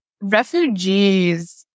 refugees